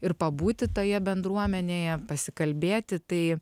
ir pabūti toje bendruomenėje pasikalbėti tai